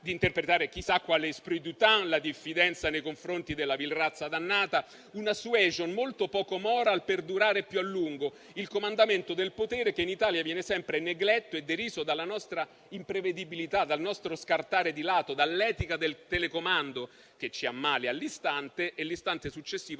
di interpretare chissà quale *esprit du temps*, con tutta la diffidenza nei confronti della vil razza dannata e una *suasion* molto poco *moral*, per durare più a lungo. È il comandamento del potere, che in Italia viene sempre negletto e deriso dalla nostra imprevedibilità, dal nostro scartare di lato, dall'etica del telecomando, che ci ammalia all'istante e l'istante successivo